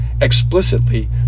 Explicitly